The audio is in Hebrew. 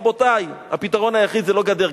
רבותי, הפתרון היחיד זה לא גדר.